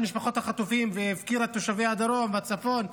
משפחות החטופים ואת תושבי הדרום והצפון,